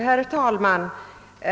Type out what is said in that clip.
Herr talman!